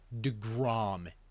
DeGrom